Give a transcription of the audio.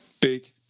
big